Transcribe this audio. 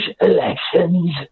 elections